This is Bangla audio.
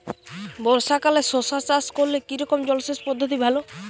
বর্ষাকালে শশা চাষ করলে কি রকম জলসেচ পদ্ধতি ভালো?